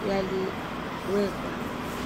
yaliwekwa.